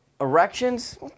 Erections